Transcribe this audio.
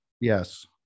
Yes